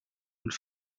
und